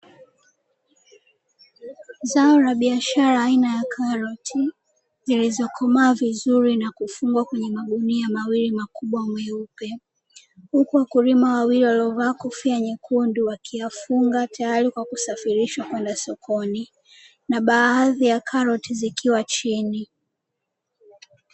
Zao la biashara aina ya karoti zilizo komaa vizur na kufungwa kwenye magunia mawili makubwa meupe, huku wakulima wawili waliovaa kofia nyekundu wakiyafunga tayari kwa kusafirishwa kwenda sokoni, na baadhi ya karoti zikiwa chini.